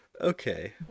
Okay